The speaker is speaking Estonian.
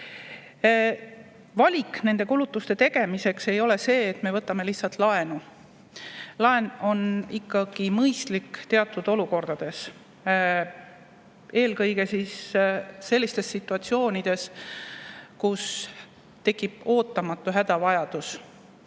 Valik nende kulutuste tegemiseks ei ole see, et me võtame lihtsalt laenu. Laen on mõistlik vaid teatud olukordades, eelkõige sellistes situatsioonides, kus tekib ootamatu hädavajadus.